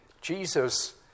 Jesus